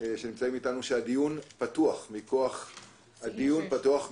שנמצאים איתנו שהדיון פתוח מכוח סעיף